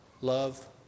love